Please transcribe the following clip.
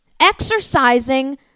exercising